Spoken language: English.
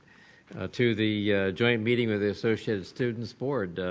to the joint meeting with the associated students board.